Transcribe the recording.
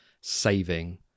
saving